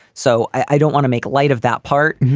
so i don't want to make light of that part.